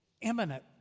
imminent